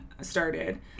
started